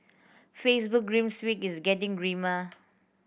Facebook grim week is getting grimmer